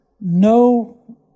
no